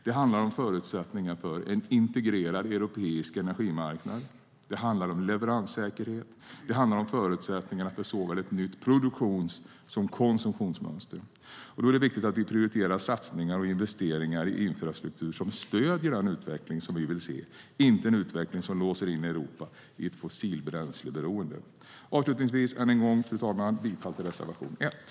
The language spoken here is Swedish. Det handlar om förutsättningarna för en integrerad europeisk energimarknad, om leveranssäkerhet och om förutsättningar för ett nytt såväl produktionsmönster som konsumtionsmönster. Då är det viktigt att vi prioriterar satsningar och investeringar i infrastruktur som stöder den utveckling vi vill se, inte en utveckling som låser in Europa i ett fossilbränsleberoende. Avslutningsvis, fru talman, yrkar jag än en gång bifall till reservation 1.